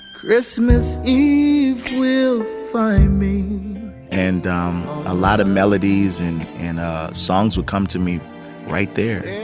christmas eve will find me and a lot of melodies and and songs would come to me right there.